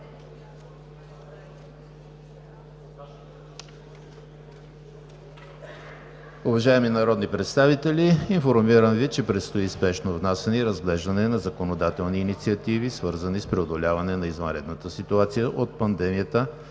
Уважаеми народни представители, информирам Ви, че предстои спешно внасяне и разглеждане на законодателни инициативи, свързани с преодоляване на извънредната ситуация от пандемията